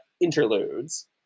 interludes